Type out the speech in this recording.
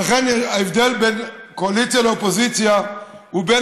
ולכן ההבדל בין קואליציה לאופוזיציה הוא בין